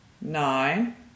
nine